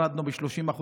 הורדנו ב-30%,